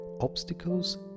Obstacles